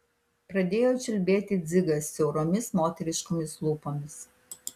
pradėjo čiulbėti dzigas siauromis moteriškomis lūpomis